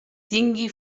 tingui